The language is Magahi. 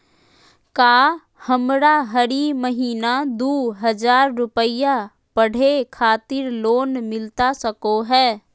का हमरा हरी महीना दू हज़ार रुपया पढ़े खातिर लोन मिलता सको है?